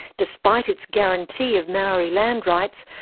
despite its guarantee of maori land rights,